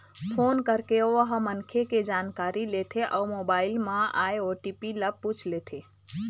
phone करके ओ ह मनखे के जानकारी लेथे अउ मोबाईल म आए ओ.टी.पी ल पूछ लेथे